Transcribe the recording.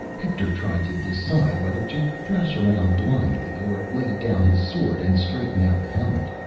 hector tried to decide whether to thrash around blindly or lay down his sword and straighten out the helmet.